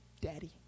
Daddy